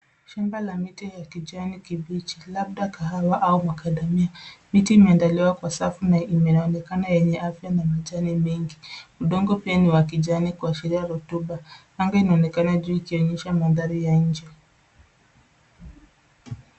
Shamba la miti ya kijani kibichi labda kahawa au makadamia. Miti imeandliwa kwa safu na imeonekana yenye afya na majani mengi. Udongo pia ni wa kijani kuashiria rotuba. Anga inaonekana juu ikionyesha mandhari ya nje.